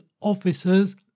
officers